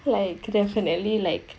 like definitely like